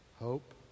hope